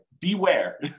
beware